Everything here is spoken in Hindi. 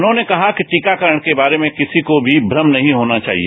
उन्होंने कहा कि टीकाकरण के बारे में किसी को भी भ्रम नहीं होना चाहिए